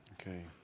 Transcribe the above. Okay